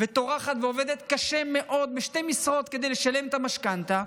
טורחת ועובדת קשה מאוד בשתי משרות כדי לשלם את המשכנתה,